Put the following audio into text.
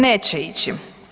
Neće ići.